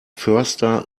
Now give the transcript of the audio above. förster